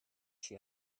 she